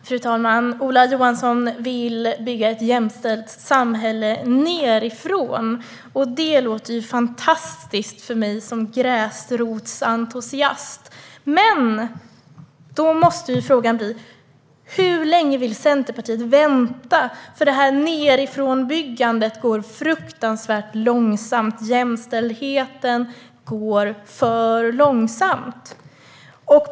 Fru talman! Ola Johansson vill bygga ett jämställt samhälle underifrån. För mig som gräsrotsentusiast låter det fantastiskt. Men då måste frågan bli: Hur länge vill Centerpartiet vänta? Underifrånbyggandet går nämligen fruktansvärt långsamt. Arbetet för jämställdhet går för långsamt.